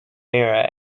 era